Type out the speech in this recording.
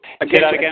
again